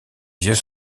vieux